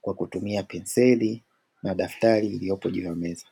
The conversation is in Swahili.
kwa kutumia penseli na daftari lililopo juu ya meza.